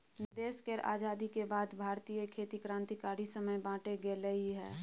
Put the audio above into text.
देश केर आजादी के बाद भारतीय खेती क्रांतिकारी समय बाटे गेलइ हँ